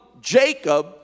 Jacob